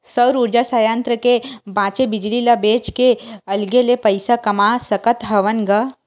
सउर उरजा संयत्र के बाचे बिजली ल बेच के अलगे ले पइसा कमा सकत हवन ग